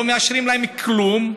לא מאשרים להם כלום.